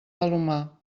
palomar